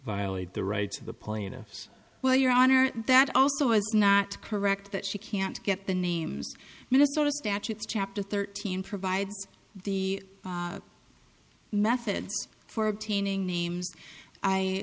violate the rights of the plaintiffs well your honor that also is not correct that she can't get the names minnesota statutes chapter thirteen provides the method for obtaining names